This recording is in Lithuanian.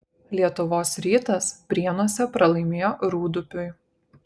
lietuvos rytas prienuose pralaimėjo rūdupiui